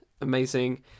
Amazing